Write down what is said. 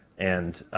and,